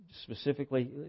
specifically